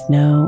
no